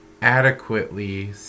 adequately